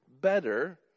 Better